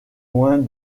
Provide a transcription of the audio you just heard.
loin